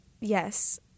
Yes